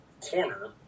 corner